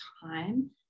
time